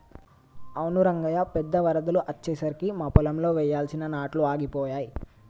అవును రంగయ్య పెద్ద వరదలు అచ్చెసరికి మా పొలంలో వెయ్యాల్సిన నాట్లు ఆగిపోయాయి